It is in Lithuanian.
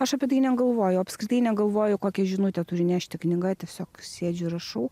aš apie tai negalvoju apskritai negalvoju kokią žinutę turi nešti knyga tiesiog sėdžiu rašau